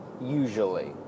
Usually